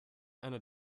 and